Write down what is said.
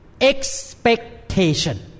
expectation